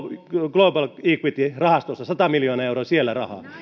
global equity rahastossa sata miljoonaa euroa siellä rahaa